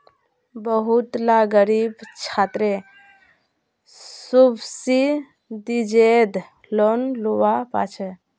बहुत ला ग़रीब छात्रे सुब्सिदिज़ेद लोन लुआ पाछे